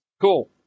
Cool